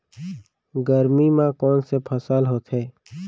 गरमी मा कोन से फसल होथे?